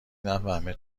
نفهمه